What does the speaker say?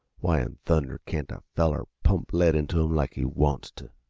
why in thunder can't a feller pump lead into em like he wants t?